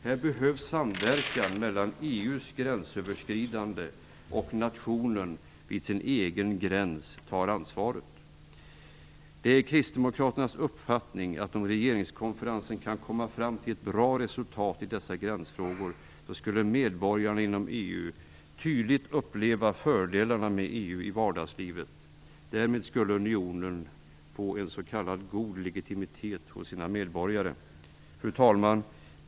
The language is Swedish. Här behövs samverkan mellan EU:s gränsöverskridande roll och nationens ansvarstagande vid sin egen gräns. Det är kristdemokraternas uppfattning att om regeringskonferensen kan komma fram till ett bra resultat i dessa gränsfrågor så skulle medborgarna inom EU tydligt uppleva fördelarna med EU i vardagslivet. Därmed skulle unionen få en s.k. god legitimitet hos sina medborgare. Fru talman!